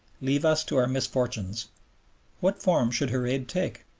leave us to our misfortunes what form should her aid take?